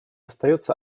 остается